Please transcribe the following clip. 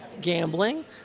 gambling